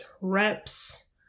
reps